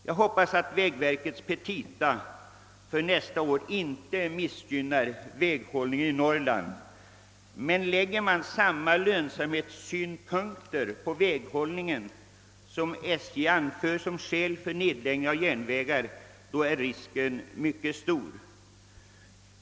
Jag hoppas att vägverkets petita för nästa år inte missgynnar väghållningen i Norrland. Om man lägger samma lönsamhetssynpunkter på väghållningen som SJ anfört som skäl för nedläggning av järnvägar är dock risken härför mycket stor.